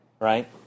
right